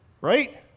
right